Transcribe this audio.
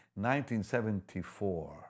1974